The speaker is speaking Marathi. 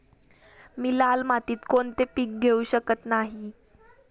मी लाल मातीत कोणते पीक घेवू शकत नाही?